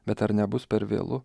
bet ar nebus per vėlu